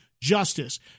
justice